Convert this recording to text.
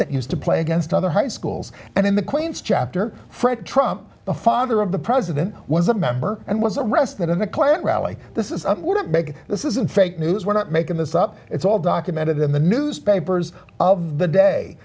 that used to play against other high schools and in the queens chapter fred trump the father of the president was a member and was arrested in the klan rally this is what makes this isn't fake news we're not making this up it's all documented in the newspapers of the day